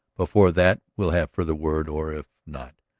before that we'll have further word or, if not,